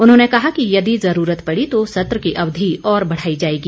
उन्होंने कहा कि यदि ज़रूरत पड़ी तो सत्र की अवधि और बढ़ाई जाएगी